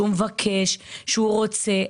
מבקש ורוצה.